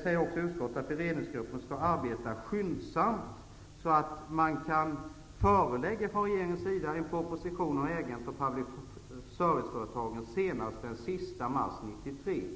säger utskottet att beredningsgruppen skall arbeta skyndsamt, så att regeringen kan lägga fram en proposition om ägandet av public service-företagen senast den sista mars 1993.